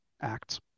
acts